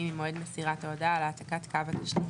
ממועד מסירת ההודעה על העתקת קו התשתית.